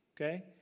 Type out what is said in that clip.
Okay